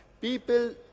People